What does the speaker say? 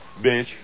Bitch